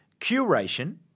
curation